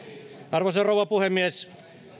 arvoisa rouva puhemies